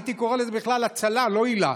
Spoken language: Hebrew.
הייתי קורא לזה בכלל "הצלה" לא היל"ה,